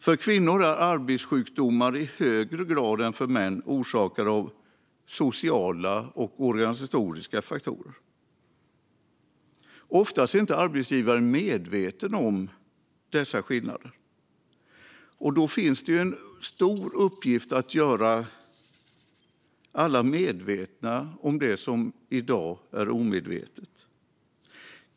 För kvinnor är arbetssjukdomar i högre grad än för män orsakade av sociala och organisatoriska faktorer. Oftast är inte arbetsgivaren medveten om dessa skillnader. Då finns det en stor uppgift att göra alla medvetna om det som man i dag är omedveten om.